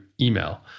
email